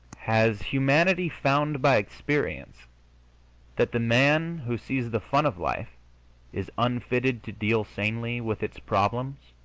has humanity found by experience that the man who sees the fun of life is unfitted to deal sanely with its problems?